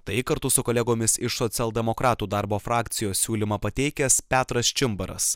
tai kartu su kolegomis iš socialdemokratų darbo frakcijos siūlymą pateikęs petras čimbaras